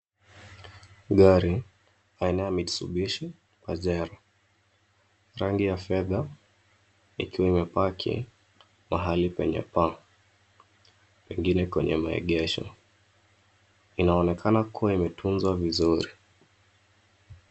Gari aina ya Mitsubishi Pajero, rangi ya fedha likiwa limepaki mahali penye paa, pengine kwenye maegesho. Linaonekana kuwa limetunzwa vizuri.